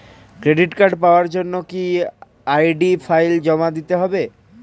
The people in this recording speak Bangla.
ক্রেডিট কার্ড পাওয়ার জন্য কি আই.ডি ফাইল জমা দিতে হবে?